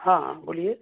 ہاں بولیے